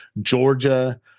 Georgia